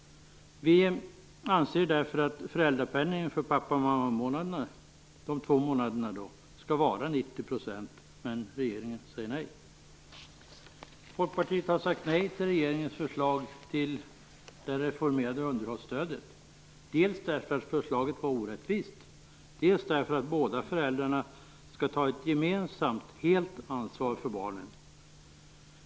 Vi anser därför att föräldrapenningen för pappa och mammamånaderna - de två månaderna - skall vara 90 %, men regeringen säger nej. Folkpartiet har sagt nej till regeringens förslag till reformerat underhållsstöd, dels därför att förslaget var orättvist, dels därför att båda föräldrarna skall ta ett gemensamt, helt ansvar för barnen.